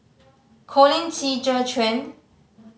Colin Qi Zhe Quan